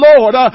Lord